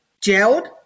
jailed